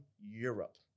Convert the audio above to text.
Europe